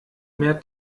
mehr